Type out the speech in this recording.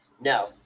No